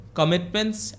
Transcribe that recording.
commitments